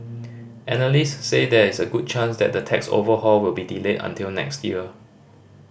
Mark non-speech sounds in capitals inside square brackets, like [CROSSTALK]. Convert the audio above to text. [NOISE] analysts say there is a good chance the tax overhaul will be delayed until next year